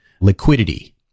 liquidity